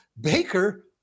Baker